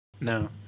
no